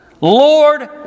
Lord